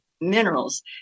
minerals